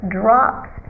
drops